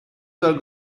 dal